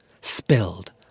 spilled